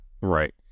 Right